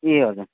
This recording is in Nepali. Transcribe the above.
ए हजुर